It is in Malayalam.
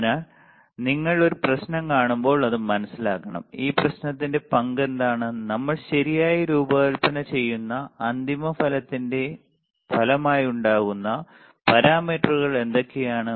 അതിനാൽ നിങ്ങൾ ഒരു പ്രശ്നം കാണുമ്പോൾ അത് മനസ്സിലാക്കണം ഈ പ്രശ്നത്തിന്റെ പങ്ക് എന്താണ് നമ്മൾ ശരിയായി രൂപകൽപ്പന ചെയ്യുന്ന അന്തിമ ഫലത്തിന്റെ ഫലമായുണ്ടാകുന്ന പാരാമീറ്ററുകൾ എന്തൊക്കെയാണ്